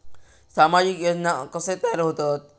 सामाजिक योजना कसे तयार होतत?